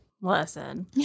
listen